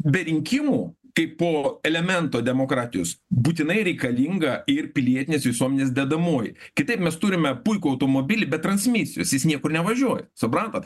be rinkimų kaipo elemento demokratijos būtinai reikalinga ir pilietinės visuomenės dedamoji kitaip mes turime puikų automobilį be transmisijos jis niekur nevažiuoja suprantat